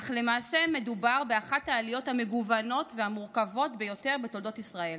אך למעשה מדובר באחת העליות המגוונות והמורכבות ביותר בתולדות ישראל: